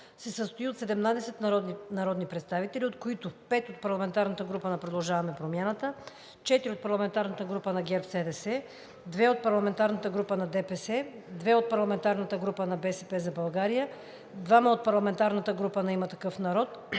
се състои от 17 народни представители, от които: 5 от парламентарната група на „Продължаваме Промяната“, 4 от парламентарната група на ГЕРБ-СДС, 2 от парламентарната група на ДПС, 2 от парламентарната група на „БСП за България“, 2 от парламентарната група на „Има такъв народ“,